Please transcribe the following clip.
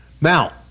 now